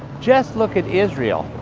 just look at israel.